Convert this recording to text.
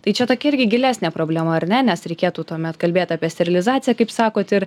tai čia tokia irgi gilesnė problema ar ne nes reikėtų tuomet kalbėt apie sterilizaciją kaip sakot ir